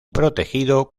protegido